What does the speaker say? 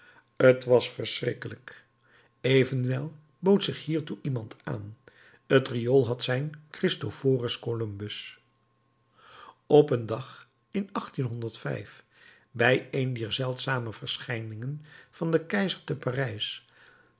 t was verschrikkelijk evenwel bood zich hiertoe iemand aan het riool had zijn christoforus columbus op een dag in bij een dier zeldzame verschijningen van den keizer te parijs